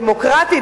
דמוקרטי,